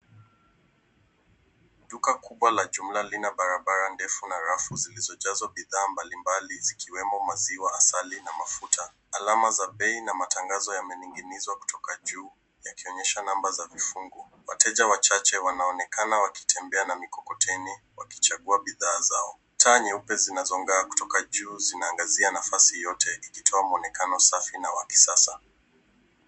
Duka kubwa la jumla lina barabara ndefu na rafu zilizojazwa bidhaa mbalimbali zikwemo maziwa, asali na mafuta. Alama za bei na matangazo yamening'inizwa kutoka juu, yakionyesha namba za vifungu. Wateja wachache wanaonekana wakitembea na mikokoteni, wakichagua bidhaa zao. Taa nyeupe zinazong'aa kutoka juu zinaangazia nafasi yote, ikitoa muonekano safi na wa kisasa.